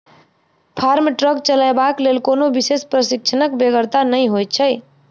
farm truck चलयबाक लेल कोनो विशेष प्रशिक्षणक बेगरता नै होइत छै